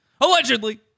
allegedly